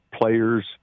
players